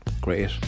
great